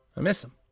i miss him.